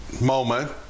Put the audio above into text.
moment